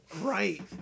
Right